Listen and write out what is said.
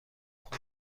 خود